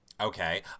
Okay